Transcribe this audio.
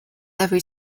every